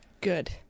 Good